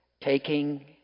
taking